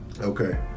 Okay